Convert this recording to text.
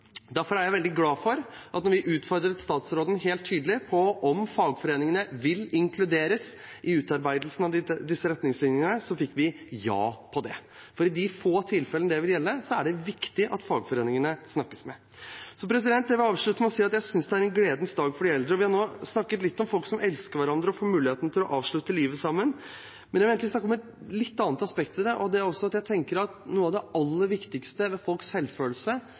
Derfor er jeg veldig glad for at vi da vi utfordret statsråden helt tydelig på om fagforeningene vil inkluderes i utarbeidelsen av disse retningslinjene, fikk ja på det, for i de få tilfellene det vil gjelde, er det viktig at fagforeningene snakkes med. Jeg vil avslutte med å si at jeg synes det er en gledens dag for de eldre. Vi har nå snakket litt om folk som elsker hverandre og får muligheten til å avslutte livet sammen. Men jeg vil egentlig snakke om et litt annet aspekt ved det, og det er at jeg tenker at noe av det aller viktigste for folks selvfølelse